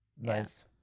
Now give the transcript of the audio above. nice